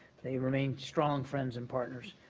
they remain strong friends and partners,